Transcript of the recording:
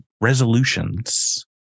resolutions